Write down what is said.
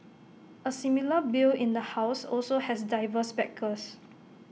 A similar bill in the house also has diverse backers